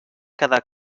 cada